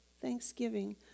thanksgiving